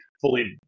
fully